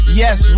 yes